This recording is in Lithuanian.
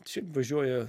šiaip važiuoja